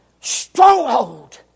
stronghold